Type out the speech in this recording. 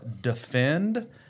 defend